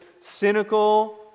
cynical